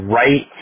right